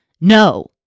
no